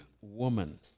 woman